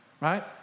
Right